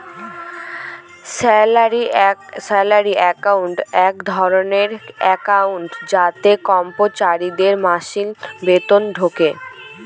salary account এক ধরনের account যাতে কর্মচারীদের মাসিক বেতন ঢোকে